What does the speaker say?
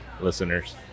listeners